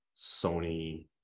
Sony